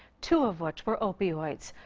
two of which were opioids.